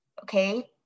okay